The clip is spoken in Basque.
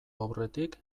aurretik